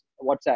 whatsapp